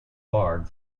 barred